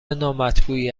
نامطبوعی